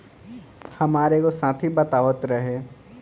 हामार एगो साथी बतावत रहे